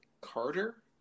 Carter